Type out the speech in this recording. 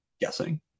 guessing